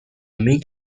meek